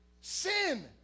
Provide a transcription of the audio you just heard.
sin